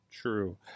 True